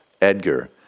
Edgar